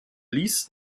ließ